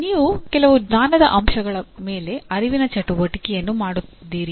ನೀವು ಕೆಲವು ಜ್ಞಾನದ ಅಂಶಗಳ ಮೇಲೆ ಅರಿವಿನ ಚಟುವಟಿಕೆಯನ್ನು ಮಾಡುತ್ತಿದ್ದೀರಿ